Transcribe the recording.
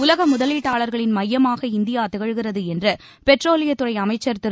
உலக முதலீட்டாளர்களின் மையமாக இந்தியா திகழ்கிறது என்று பெட்ரோலியத் துறை அமைச்சர் திரு